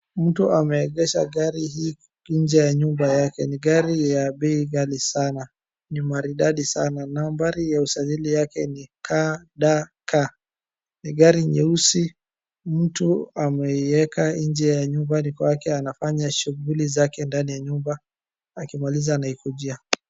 Mtu ameegesha gari hii nje ya nyumba yake. Ni gari ya bei ghali sana. Ni maridadi sana. Nambari ya usajili yake ni KDK. Ni gari nyeusi, mtu ameieka nje ya nyumba ni kwake, anafanya shughuli zake ndani ya nyumba, akimaliza anaikujia.